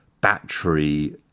battery